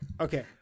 Okay